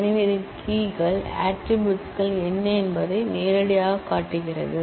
எனவே இதன் கீ கள் ஆட்ரிபூட்ஸ் கள் என்ன என்பதை இது நேரடியாகக் காட்டுகிறது